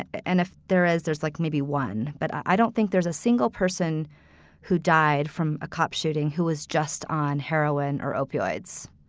and if there is, there's like maybe one. but i don't think there's a single person who died from a cop shooting who was just on heroin or opioids.